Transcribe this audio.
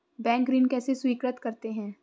Bank ऋण कैसे स्वीकृत करते हैं?